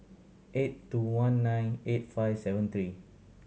eight two one nine eight five seven three